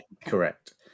correct